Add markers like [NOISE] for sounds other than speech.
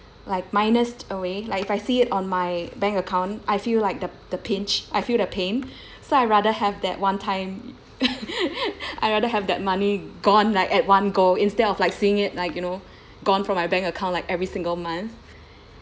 like minused away like if I see it on my bank account I feel like the the pinch I feel the pain so I rather have that one time [LAUGHS] I rather have that money gone like at one go instead of like seeing it like you know gone from my bank account like every single month